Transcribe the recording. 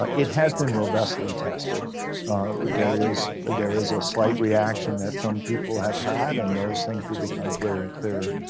ah it has been robustly tested there is there is a slight reaction that some people have had, and those things will become clearer and clearer.